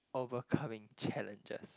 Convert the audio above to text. overcoming challenges